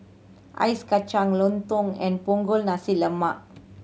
ice kacang lontong and Punggol Nasi Lemak